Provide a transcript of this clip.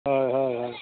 ᱦᱳᱭ ᱦᱳᱭ ᱦᱳᱭ